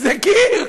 זה קיר.